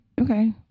Okay